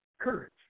courage